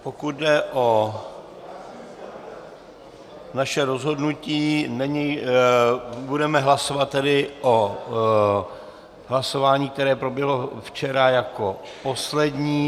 Pokud jde o naše rozhodnutí, budeme hlasovat tedy o hlasování, které proběhlo včera jako poslední.